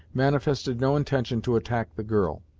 manifested no intention to attack the girl.